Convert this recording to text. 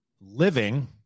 Living